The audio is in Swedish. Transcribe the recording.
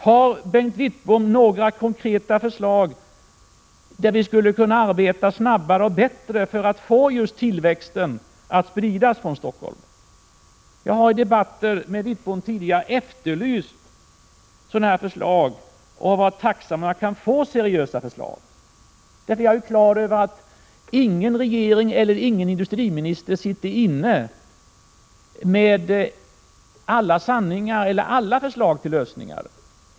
Har Bengt Wittbom några konkreta förslag till hur vi bättre och snabbare kan få tillväxten att spridas från Stockholm? Jag har i debatter med Bengt Wittbom tidigare efterlyst sådana förslag och vore tacksam att få några seriösa förslag. Ingen regering eller industriminister sitter inne med alla förslag till lösningar.